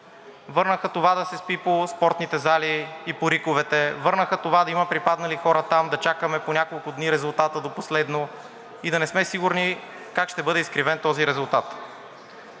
Върнаха това да се спи по спортните зали и по РИК-овете, върнаха това да има припаднали хора там, да чакаме по няколко дни резултата до последно и да не сме сигурни как ще бъде изкривен този резултат.